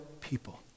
people